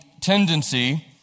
tendency